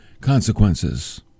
consequences